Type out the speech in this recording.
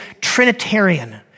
Trinitarian